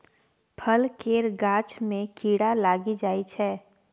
फल केर गाछ मे कीड़ा लागि जाइ छै